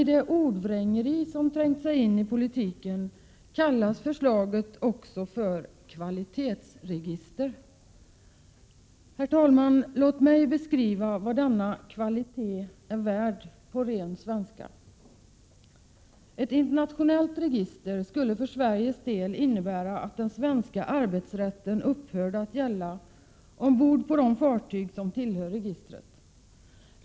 I det ordvrängeri som trängt sig in i politiken kallas förslaget också för ”kvalitetsregister”. Låt mig beskriva vad denna ”kvalitet” är värd på ren svenska. Ett internationellt register skulle för Sveriges del innebära att den svenska arbetsrätten upphörde att gälla ombord på de fartyg som tillhör registret.